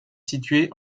situé